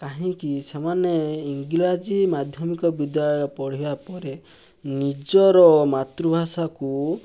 କାହିଁକି ସେମାନେ ଇଂରାଜୀ ମାଧ୍ୟମିକ ବିଦ୍ୟାଳୟ ପଢ଼ିବାପରେ ନିଜର ମାତୃଭାଷାକୁ